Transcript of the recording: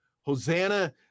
Hosanna